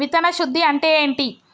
విత్తన శుద్ధి అంటే ఏంటి?